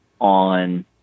on